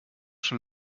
schon